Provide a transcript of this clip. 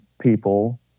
people